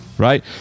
Right